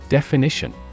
Definition